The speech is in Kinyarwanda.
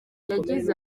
yagize